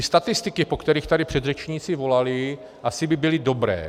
Statistiky, po kterých tady předřečníci volali, asi by byly dobré.